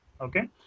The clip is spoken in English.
Okay